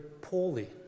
poorly